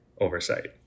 oversight